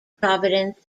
providence